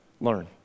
learn